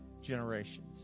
generations